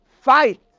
fight